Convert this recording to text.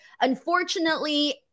unfortunately